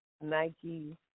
Nike